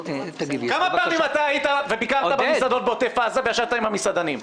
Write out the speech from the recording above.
כמה פעמים ביקרת במסעדות בעוטף עזה וישבת עם המסעדנים?